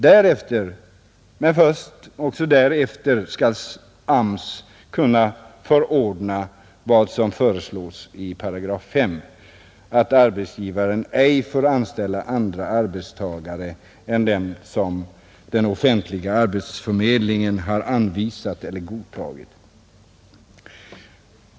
Därefter — men först därefter — skall AMS kunna förordna vad som föreslås i 5 §, nämligen att arbetsgivaren ej får anställa andra arbetstagare än dem som den offentliga arbetsförmedlingen har anvisat eller godtagit.